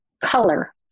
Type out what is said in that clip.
color